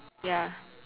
ya